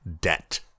debt